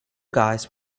guys